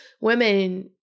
women